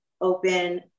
open